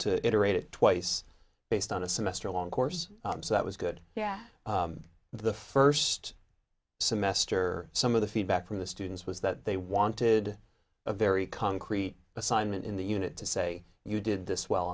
to iterate it twice based on a semester long course that was good yeah the first semester some of the feedback from the students was that they wanted a very concrete assignment in the unit to say you did this well